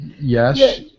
yes